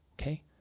Okay